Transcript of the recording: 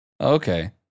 okay